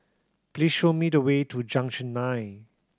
please show me the way to Junction Nine